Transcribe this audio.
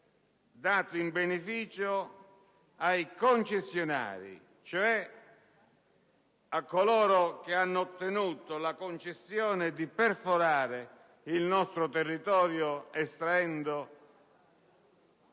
dato in beneficio ai concessionari, cioè a coloro che hanno ottenuto la concessione di perforare il nostro territorio estraendo